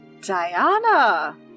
Diana